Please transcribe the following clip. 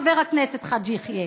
חבר הכנסת חאג' יחיא,